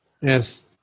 yes